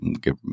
give